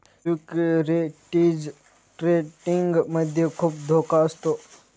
securities trading मध्ये खुप धोका असतो